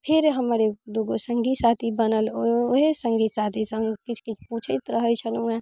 फेर हमर दू गो सङ्गी साथी बनल ओहे सङ्गी साथीसँ किछु किछु पूछैत रहै छलहुँ हँ